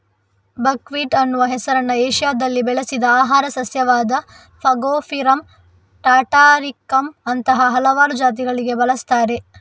buckwheat ಅನ್ನುವ ಹೆಸರನ್ನ ಏಷ್ಯಾದಲ್ಲಿ ಬೆಳೆಸಿದ ಆಹಾರ ಸಸ್ಯವಾದ ಫಾಗೋಪಿರಮ್ ಟಾಟಾರಿಕಮ್ ಅಂತಹ ಹಲವಾರು ಜಾತಿಗಳಿಗೆ ಬಳಸ್ತಾರೆ